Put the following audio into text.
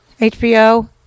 HBO